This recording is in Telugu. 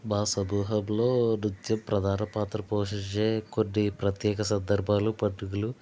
మా సమూహంలో నృత్య ప్రధాన పాత్ర పోషించే కొన్ని ప్రత్యేక సందర్భాలు పండుగలు